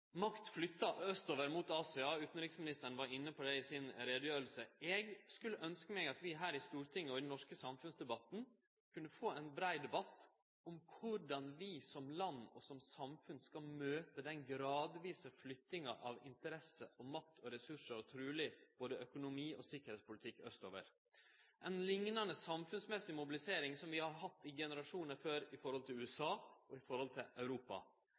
Makt flyttar austover mot Asia. Utanriksministeren var inne på det i si utgreiing. Eg kunne ønskje at vi i Stortinget og i det norske samfunnet kunne få ein brei debatt om korleis vi som land og som samfunn skal møte den gradvise flyttinga av interesser, makt og ressursar – og truleg både økonomi og tryggleikspolitikk – austover, ei samfunnsmessig mobilisering lik den vi har hatt i generasjonar før når det gjeld USA og Europa,